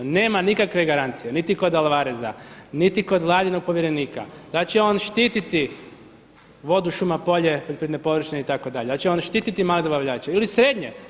Nema nikakve garancije niti kod Alvareza, niti kod Vladinog povjerenika da će on štiti vodu, šuma, polje, poljoprivredne površine itd., da će on štiti male dobavljače ili srednje.